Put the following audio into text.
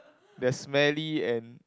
they're smelly and